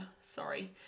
sorry